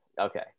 Okay